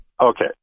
Okay